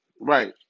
right